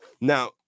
Now